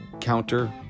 counter